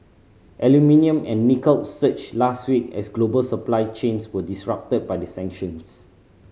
aluminium and nickel surged last week as global supply chains were disrupted by the sanctions